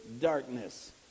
darkness